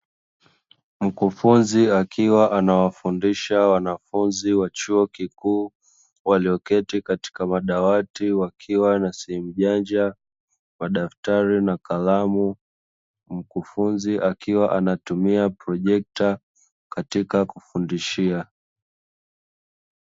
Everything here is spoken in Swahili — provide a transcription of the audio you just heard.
Mkufunzi akiwa anawafundisha wanafunzi wa chuo kikuu walioketi kwenye madawati wakiwa na simu janja, madaftari na kalamu huku mkufunzi akiwa anatumia projekta katika kufundishia.